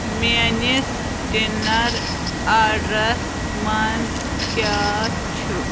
میٛٲنِس ڈِنَر آرڈرَس منٛز کیٛاہ چھُ